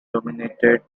dominated